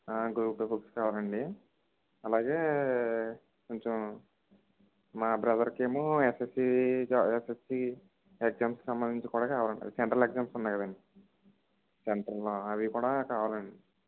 group two books కావాలండి అలాగే కొంచెం మా బ్రదర్కేమో ఎస్ఎస్సి ఎస్ఎస్సి ఎగ్జామ్కి సంబందించిన కూడా కావాలండి సెంట్రల్ ఎగ్జామ్స్ ఉన్నాయి కదా సెంట్రల్ అవి కూడా కావాలండి